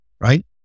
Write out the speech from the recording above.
right